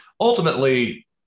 ultimately